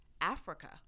Africa